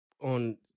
on